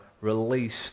released